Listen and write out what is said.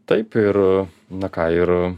taip ir na ką ir